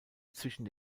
zwischen